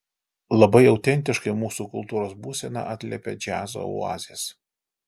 labai autentiškai mūsų kultūros būseną atliepia džiazo oazės